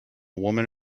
woman